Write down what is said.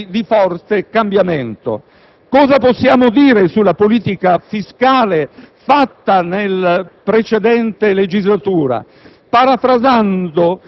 degli elementi di forte cambiamento. Cosa possiamo dire sulla politica fiscale fatta nella precedente legislatura?